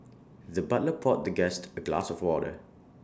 the butler poured the guest A glass of water